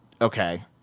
Okay